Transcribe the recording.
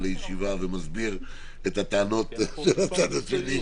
לישיבה ומסביר את הטענות של הצד השני: